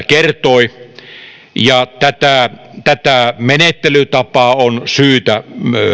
kertoi tätä tätä menettelytapaa on syytä